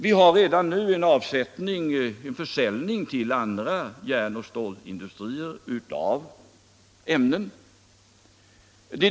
Vi har redan nu en försäljning av ämnen till andra järnoch stålindustrier.